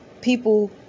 people